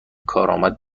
کارآمد